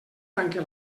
tanque